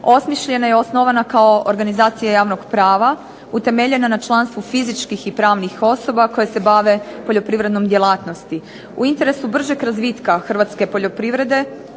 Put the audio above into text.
osmišljena je i osnovana kao organizacija javnog prava utemeljena na članstvu fizičkih i pravnih osoba koje se bave poljoprivredne djelatnosti. U interesu bržeg razvitka hrvatske poljoprivrede